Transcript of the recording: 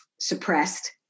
suppressed